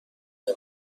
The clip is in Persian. برم